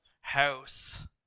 house